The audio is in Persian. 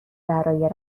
برای